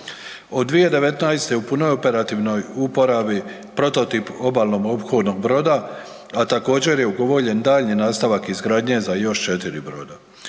Od 2019. u je punoj operativnoj uporabi prototip obalnom ophodnog broda, a također je ugovoren daljnji nastavak izgradnje za još 4 broda.